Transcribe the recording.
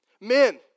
Men